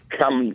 come